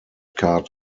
card